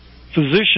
Physician